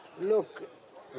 Look